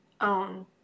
own